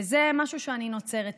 וזה משהו שאני נוצרת איתי,